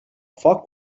foc